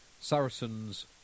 Saracens